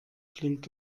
klingt